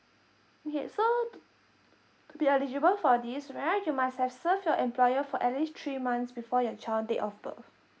okay so to be eligible for this right you must have served your employer for at least three months before your child date of birth